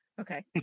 Okay